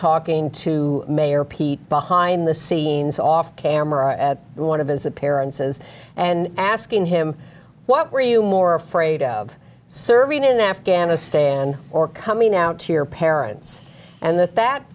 talking to mayor peek behind the scenes off camera at one of his appearances and asking him what were you more afraid of serving in the afghanistan or coming out to your parents and that